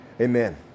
Amen